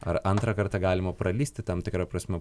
ar antrą kartą galima pralįsti tam tikra prasme